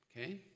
okay